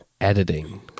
editing